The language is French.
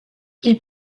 ils